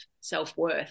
self-worth